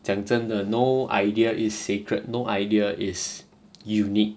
讲真的 no idea is sacred no idea is unique